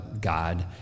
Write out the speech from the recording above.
God